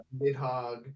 Midhog